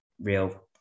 real